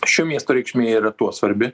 šio miesto reikšmė yra tuo svarbi